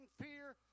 fear